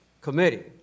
Committee